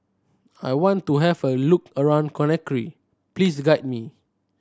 I want to have a look around Conakry please guide me